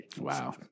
Wow